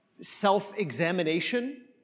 self-examination